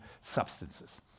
substances